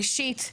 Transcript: ראשית,